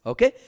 Okay